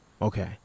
Okay